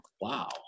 Wow